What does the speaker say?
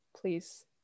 Please